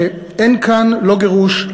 שאין כאן לא גירוש,